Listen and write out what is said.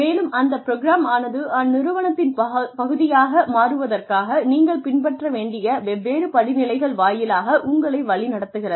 மேலும் அந்த புரோகிராம் ஆனது அந்நிறுவனத்தின் பகுதியாக மாறுவதற்காக நீங்கள் பின்பற்ற வேண்டிய வெவ்வேறு படிநிலைகள் வாயிலாக உங்களை வழிநடத்துகிறது